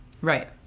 Right